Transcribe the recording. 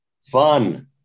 Fun